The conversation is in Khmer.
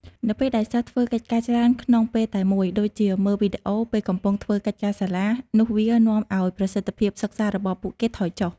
នៅពេលដែលសិស្សធ្វើកិច្ចការច្រើនក្នុងពេលតែមួយ ដូចជាមើលវីដេអូ ពេលកំពុងធ្វើកិច្ចការសាលា នោះវានាំឱ្យប្រសិទ្ធភាពសិក្សារបស់ពួកគេថយចុះ។